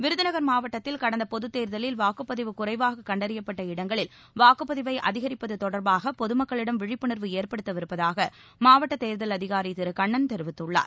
விருதுநக் மாவட்டத்தில் கடந்த பொதுத்தேர்தலில் வாக்குப்பதிவு குறைவாக கண்டறியப்பட்ட இடங்களில் வாக்குப்பதிவை அதிகிப்பது தொடர்பாக பொதுமக்களிடம் விழிப்புணர்வு ஏற்படுத்தவிருப்பதாக மாவட்ட தேர்தல் அதிகாரி திரு கண்ணன் தெரிவித்துள்ளார்